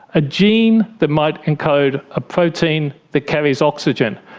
a gene that might encode a protein that carries oxygen,